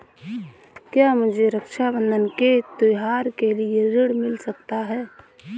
क्या मुझे रक्षाबंधन के त्योहार के लिए ऋण मिल सकता है?